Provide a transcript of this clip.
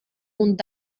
und